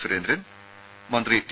സുരേന്ദ്രൻ മന്ത്രി ടി